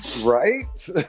Right